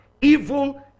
Evil